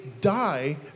die